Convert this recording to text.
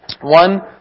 One